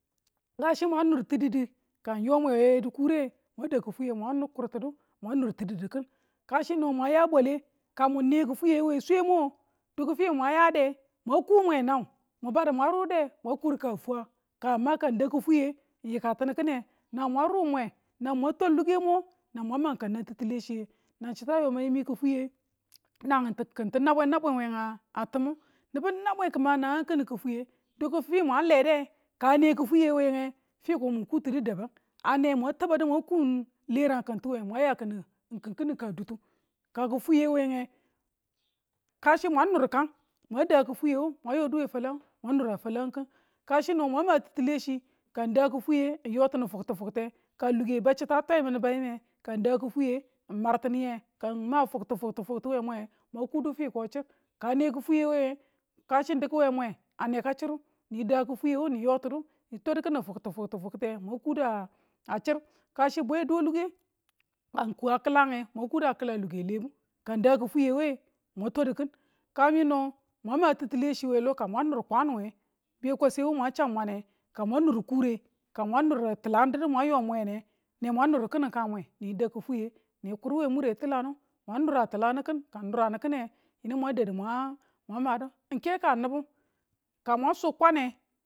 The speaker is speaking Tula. kachi mang nur tididi ka ng yo mwe we dikure mwang dau kifwiye mwan kurtinu mwan nur tichdu kin kasi no mwan ya bwale ka mun ne kifweye we swemo finu mweng yade mwang ku mwe nau mun badu mwang rude mwang kur kana fwaa ka n dau kifwiye n yikatini kine nau mwang ru mwe nau mwang twan lukemo nau mwang mang ka nang titile chiye nang chi a yo mang yi mi kifwiye mwan lede ka ne kifweiye we gnang. fiko mu kutinu ane mwan mwan ku leran kitu we mwan ya kinu kin kini kana dutu ka kifweye we ng kachi mwan nur kan mwan da kifweewu mwan yodu we falangu. Mwan nura falang ka choi no mwan matitile chi ka ng da kifweye ng yo tin fuktufuktu ka luke che tu a twaimuni bayime ye ka ng da kifweye ng martine ka ng ma fuktikutu we mwe nge. Mwan kudu fiko a chir ka na kifiyeng kachi ng diku we mwe ane ka chiru ni da kifweye wu ni yo tinu ni twadu kini fuktufuktuye mwang kodu a chir kachi bwe do luke ka ng ku a kilaweng mwan kudu a kila luke lebu ka ng da ki fwiye wu ye mwan twadikin, kamin no man ma titile chiwe lo ka mwan nur kwanu nge ka mwan nur kure ka mwan nuea tilang ne wan nuru kini ka mwe. Mwan nura tilannu kin yinu mwan dadu ng ke ka nibu ka mwan su kwane